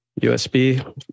usb